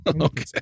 Okay